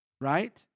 Right